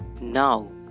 Now